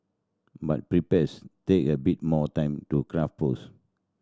but prepares take a bit more time to craft posts